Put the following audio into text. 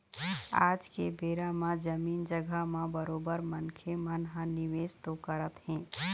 आज के बेरा म जमीन जघा म बरोबर मनखे मन ह निवेश तो करत हें